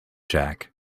jack